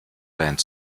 band